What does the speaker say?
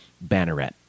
banneret